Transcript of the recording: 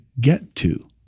get-to